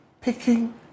picking